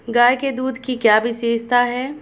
गाय के दूध की क्या विशेषता है?